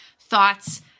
thoughts